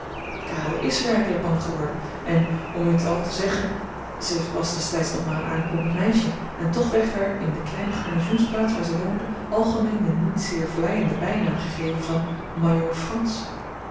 karel is werkelijk bang geworden en om u t al te zeggen zij was destijds nog maar een aankomend meisje en toch werd haar in de kleine garnizoensplaats waar zij woonde algemeen de niet zeer vleiende bijnaam gegeven van majoor frans